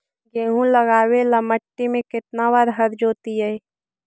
गेहूं लगावेल मट्टी में केतना बार हर जोतिइयै?